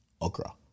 Okra